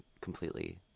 completely